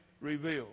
revealed